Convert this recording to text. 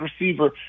receiver